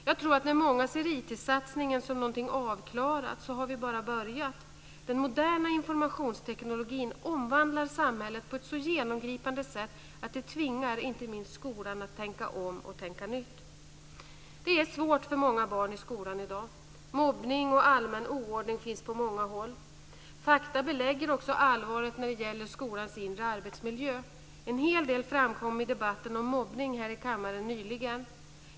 Jag tror att när många ser ITIS-satsningen som något avklarat har vi bara börjat. Den moderna informationstekniken omvandlar samhället på ett så genomgripande sätt att det tvingar inte minst skolan att tänka om och tänka nytt. Det är svårt för många barn i skolan i dag. Mobbning och allmän oordning finns på många håll. Fakta belägger allvaret när det gäller skolans inre arbetsmiljö. En hel del framkom i debatten om mobbning här i kammaren nyligen.